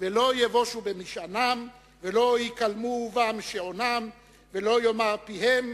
ולא יבושו במשענם ולא ייכלמו בם שאונם ואל יאמר פיהם